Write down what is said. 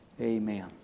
Amen